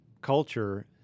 culture